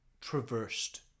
traversed